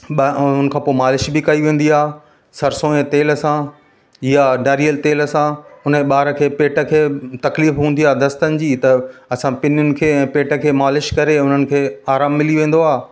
ॿ उनखां पोइ मालिश बि कई वेंदी आहे सरसों जे तेल सां या नारेल तेल सां उन ॿार खे पेट खे तकलीफ़ हूंदी आहे दस्तनि जी त असां पिञुन खे ऐं पेट खे मालिश करे उन्हनि खे आराम मिली वेंदो आहे